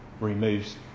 removes